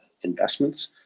investments